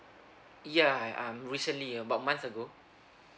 yeah I um recently about a month ago